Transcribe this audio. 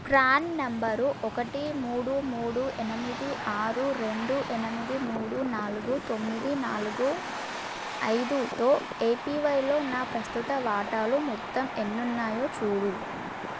PRAN number ఒకటి మూడు మూడు ఎనిమిది ఆరు రెండు ఎనిమిది మూడు నాలుగు తొమ్మిది నాలుగు ఐదుతో ఏపీవైలో నా ప్రస్తుత వాటాలు మొత్తం ఎన్ని ఉన్నాయో చూడుము